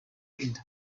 inda